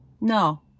No